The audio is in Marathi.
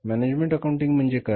मॅनेजमेण्ट अकाऊण्टिंग म्हणजे काय